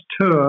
tour